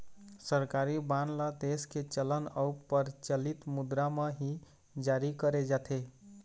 सरकारी बांड ल देश के चलन अउ परचलित मुद्रा म ही जारी करे जाथे